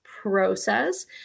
process